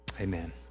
Amen